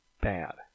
bad